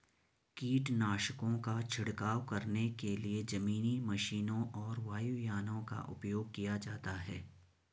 कीटनाशकों का छिड़काव करने के लिए जमीनी मशीनों और वायुयानों का उपयोग किया जाता है